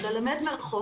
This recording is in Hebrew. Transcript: ללמד מרחוק,